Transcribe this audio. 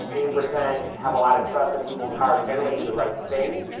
eighty percent have a lot of trust that people in power generally do the right thing,